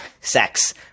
sex